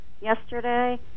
yesterday